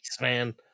man